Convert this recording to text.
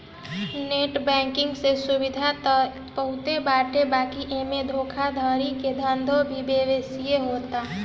net banking से सुविधा त बहुते बाटे बाकी एमे धोखाधड़ी के धंधो भी बेसिये होता